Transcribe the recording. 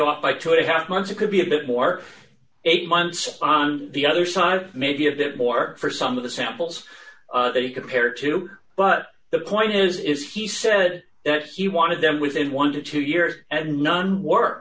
by two and a half months it could be a bit more eight months on the other side maybe a bit more for some of the samples that he compared to but the point is if he said that he wanted them within one to two years and none work